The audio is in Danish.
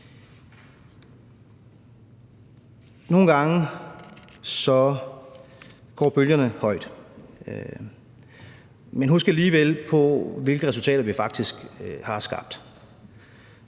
Nogle gange går bølgerne højt, men husk alligevel på, hvilke resultater vi faktisk